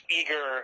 eager